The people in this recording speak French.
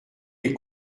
les